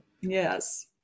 Yes